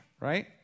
right